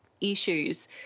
issues